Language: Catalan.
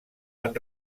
van